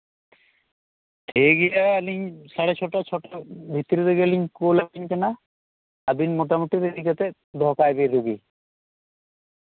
ᱴᱷᱤᱠᱜᱮᱭᱟ ᱟᱹᱞᱤᱧ ᱥᱟᱲᱮ ᱪᱷᱚᱴᱟ ᱪᱷᱚᱴᱟ ᱵᱷᱤᱛᱤᱨ ᱨᱮᱜᱮ ᱞᱤᱧ ᱠᱳᱞ ᱟᱵᱮᱱ ᱠᱟᱱᱟ ᱟᱵᱤᱱ ᱢᱳᱴᱟᱢᱩᱴᱤ ᱫᱚᱦᱚ ᱠᱟᱭᱵᱮᱱ ᱨᱩᱜᱤ